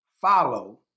follow